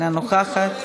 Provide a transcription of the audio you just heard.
אינה נוכחת.